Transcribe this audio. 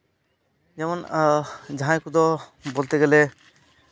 ᱡᱮᱢᱚᱱ ᱡᱟᱦᱟᱸᱭ ᱠᱚᱫᱚ ᱵᱚᱞᱛᱮ ᱜᱮᱞᱮ